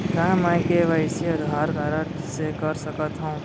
का मैं KYC Aadhaar card से कर सकत हो?